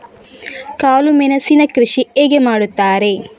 ಕಾಳು ಮೆಣಸಿನ ಕೃಷಿ ಹೇಗೆ ಮಾಡುತ್ತಾರೆ?